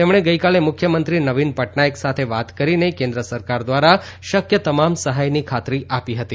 તેમણે ગઇકાલે મુખ્યમંત્રી નવીન પટનાયક સાથે વાત કરીને કેન્દ્ર સરકાર દ્વારા શક્ય તમામ સહાયની ખાતરી આપી હતી